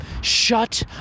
shut